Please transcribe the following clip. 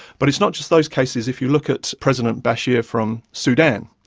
but it's not just those cases if you look at president bashir from sudan,